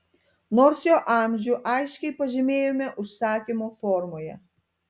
nors jo amžių aiškiai pažymėjome užsakymo formoje